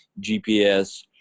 GPS